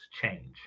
change